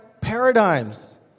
paradigms